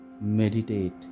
Meditate